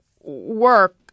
work